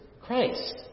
Christ